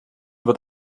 wird